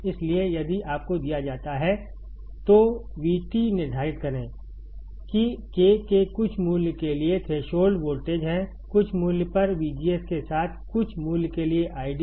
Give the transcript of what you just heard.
इसलिए यदि आपको दिया जाता है तो VT निर्धारित करें कि K के कुछ मूल्य के लिए थ्रेसहोल्ड वोल्टेज है कुछ मूल्य पर VGS के साथ कुछ मूल्य के लिए आईडी